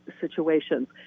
situations